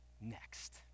next